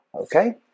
Okay